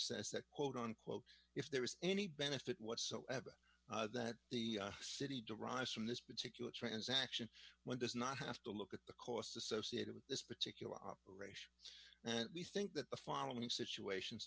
says that quote unquote if there is any benefit whatsoever that the city derives from this particular transaction when does not have to look at the costs associated with this particular office and we think that the following situations